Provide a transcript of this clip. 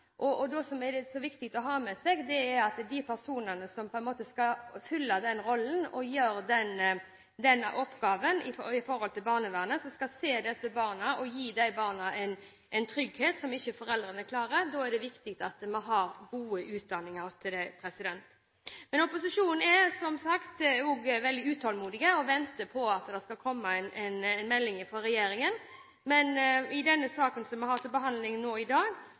som er så viktig å ha med seg, er at de personene som skal fylle rollen og gjøre denne oppgaven i barnevernet, og som skal se disse barna og gi dem en trygghet som ikke foreldrene klarer, har god utdanning. Opposisjonen er også veldig utålmodig og venter på at det skal komme en melding fra regjeringen. Når det gjelder denne saken som vi har til behandling nå i dag,